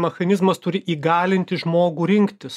mechanizmas turi įgalinti žmogų rinktis